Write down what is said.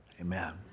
amen